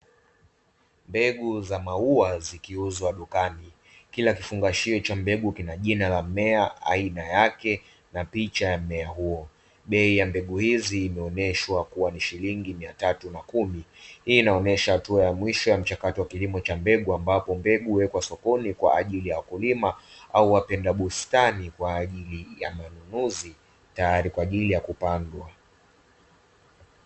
Mbegu za maua zikiwa duka katika kila kifungashio cha mbegu kina jina la mmea aina yake na picha ya huo, bei ya mbegu hizi imeonyeshwa kuwa ni shilingi 310 hii inaonyesha hatua ya mwisho ya mchakato wa kilimo cha mbegu, ambapo mbegu huwekwa sokoni kwa ajili ya wakulima au wapenda busta ni kwa ajili ya manunuzi teyari kwa kupandwa.